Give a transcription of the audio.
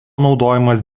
naudojamas